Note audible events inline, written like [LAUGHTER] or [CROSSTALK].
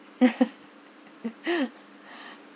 [LAUGHS]